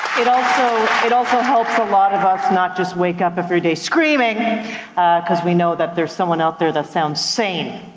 it also it also helps a lot of us not just wake up everyday screaming cuz we know that there's someone out there that sounds sane.